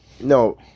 No